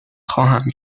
خواهم